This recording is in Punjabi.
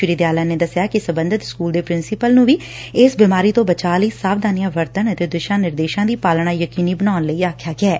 ਸ੍ਰੀ ਦਿਆਲਨ ਨੇ ਦਸਿਆ ਕਿ ਸਬੰਧਤ ਸਕੁਲ ਦੇ ਪ੍ਰਿਸੀਪਲ ਨੂੰ ਵੀ ਇਸ ਬੀਮਾਰੀ ਤੋਰ ਬਚਾਅ ਲਈ ਸਾਵਧਾਨੀਆਂ ਵਰਤਣ ਅਤੇ ਦਿਸ਼ਾ ਨਿਰਦੇਸ਼ਾ ਦੀ ਪਾਲਣਾ ਯਕੀਨੀ ਬਣਾਉਣ ਲਈ ਆਖਿਐ